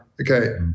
Okay